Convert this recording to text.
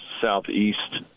southeast